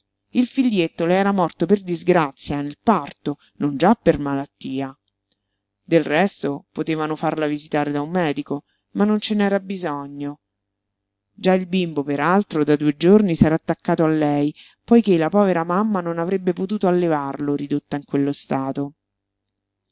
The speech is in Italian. il figlietto le era morto per disgrazia nel parto non già per malattia del resto potevano farla visitare da un medico ma non ce n'era bisogno già il bimbo per altro da due giorni s'era attaccato a lei poiché la povera mamma non avrebbe potuto allevarlo ridotta in quello stato